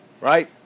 Right